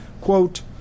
quote